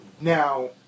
now